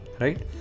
right